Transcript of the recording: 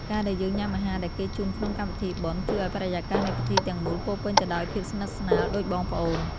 ការដែលយើងញ៉ាំអាហារដែលគេជូនក្នុងកម្មវិធីបុណ្យ ជួយឱ្យបរិយាកាសនៃពិធីទាំងមូលពោពេញទៅដោយភាពស្និទ្ធស្នាលដូចបងប្អូន។